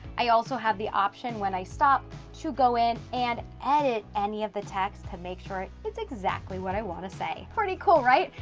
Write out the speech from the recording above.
i also have the option when i stop to go in and edit any of the text to make sure it's exactly what i want to say. pretty cool, right?